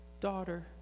daughter